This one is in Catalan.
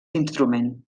instrument